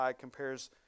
compares